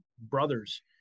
brothers